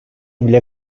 bile